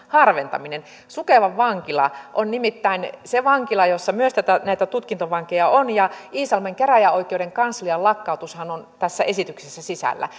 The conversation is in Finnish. harventaminen sukevan vankila on nimittäin se vankila jossa myös näitä tutkintavankeja on ja iisalmen käräjäoikeuden kanslian lakkautushan on tässä esityksessä sisällä